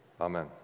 amen